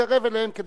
תתקרב אליהם.